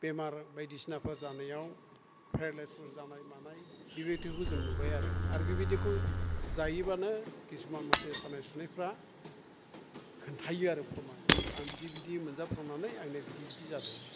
बेमार बायदिसिनाफोर जानायाव फेरालाइसफोर जानाय मानाय बिबायदिखौ जों नुबाय आरो आरो बिबायदिखौ जायोबानो किसुमान मानसिआ सानाय सुनायफ्रा खोन्थायो आरो फ्रमान आं बिदि बिदि मोनजाफ्लांनानै आंनिया बिदि बिदि जादों